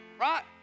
right